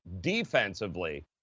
defensively